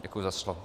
Děkuji za slovo.